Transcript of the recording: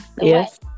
Yes